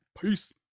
Peace